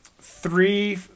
three